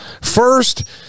First